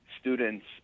students